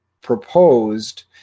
proposed